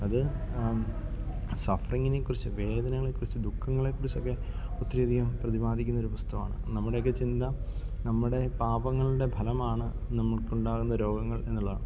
അത് സഫറിങ്ങിനേക്കുറിച്ച് വേദനകളേക്കുറിച്ച് ദുഃഖങ്ങളേക്കുറിച്ചൊക്കെ ഒത്തിരിയധികം പ്രതിപാദിക്കുന്നൊരു പുസ്തകമാണ് നമ്മുടെയൊക്കെ ചിന്ത നമ്മുടെ പാപങ്ങളുടെ ഫലമാണ് നമുക്കുണ്ടാകുന്ന രോഗങ്ങൾ എന്നുള്ളതാണ്